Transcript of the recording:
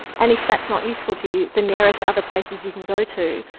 and if that's not useful to you, the nearest other places you can go to,